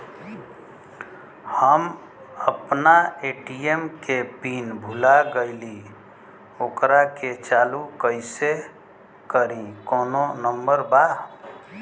हम अपना ए.टी.एम के पिन भूला गईली ओकरा के चालू कइसे करी कौनो नंबर बा?